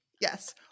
Yes